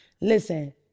Listen